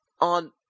on